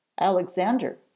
Alexander